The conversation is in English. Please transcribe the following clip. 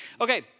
Okay